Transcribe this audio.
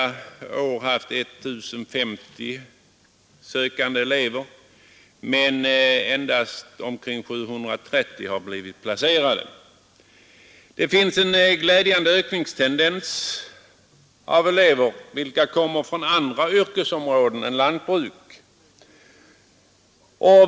I år hade vi 1 050 sökande till tvåårslinjen, men endast omkring 730 har blivit placerade. En glädjande tendens är ökningen av elever, vilka kommer från andra yrkesområden än lantbruk.